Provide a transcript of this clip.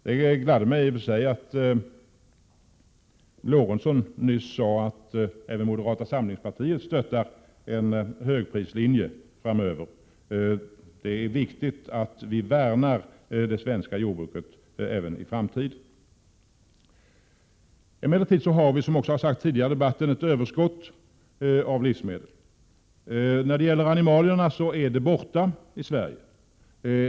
Det gladde mig i och för sig att Sven Eric Lorentzon nyss sade att även moderata samlingspartiet stöttar en högprislinje framöver. Det är viktigt att vi värnar det svenska jordbruket även i framtiden. Som sagts tidigare i debatten har vi ett överskott av livsmedel. Överskottet av animalier har försvunnit i Sverige.